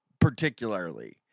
particularly